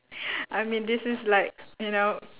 I mean this is like you know